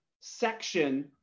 section